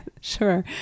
sure